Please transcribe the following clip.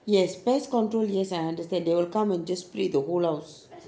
yes pest control yes I understand they will come and just spray the whole house